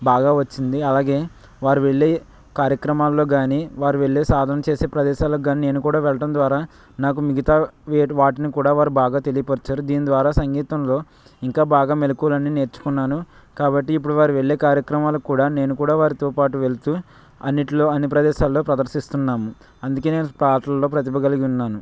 బాగా వచ్చింది అలాగే వారు వెళ్ళే కార్యక్రమాలలో కానీ వారు వెళ్ళే సాధన చేసే ప్రదేశాలకు కానీ నేను కూడా వెళ్ళడం ద్వారా నాకు మిగతా వేటిని వాటిని కూడా వారు బాగా తెలియపరిచారు దీని ద్వారా సంగీతంలో ఇంకా బాగా మెలకువలు అన్నీ నేర్చుకున్నాను కాబట్టి ఇప్పుడు వారు వెళ్ళే కార్యక్రమాలకు కూడా నేను కూడా వారితో పాటు వెళుతు అన్నింటిలో అన్ని ప్రదేశాలలో ప్రదర్శిస్తున్నాము అందుకని నేను పాటలలో ప్రతిభ కలిగి ఉన్నాను